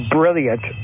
brilliant